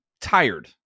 tired